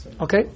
okay